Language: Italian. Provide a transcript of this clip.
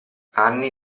anni